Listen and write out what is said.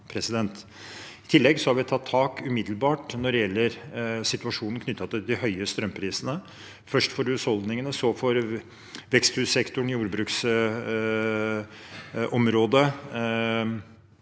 umiddelbart når det gjelder situasjonen knyttet til de høye strømprisene, først for husholdningene, så for veksthussektoren og jordbruksområdet.